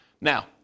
Now